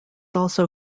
also